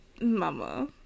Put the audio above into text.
mama